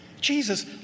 Jesus